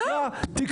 תקרא.